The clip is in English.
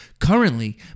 currently